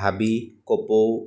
হাবি কপৌ